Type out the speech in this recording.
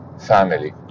family